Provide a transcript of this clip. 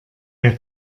der